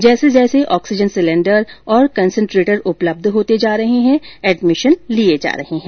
जैसे जैसे oxygen cylinder concentrator उपलब्ध होते जा रहे हैं एडमिशन लिए जा रहे हैं